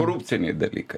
korupciniai dalykai